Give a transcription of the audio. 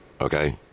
Okay